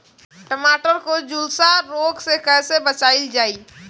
टमाटर को जुलसा रोग से कैसे बचाइल जाइ?